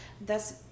thus